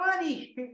money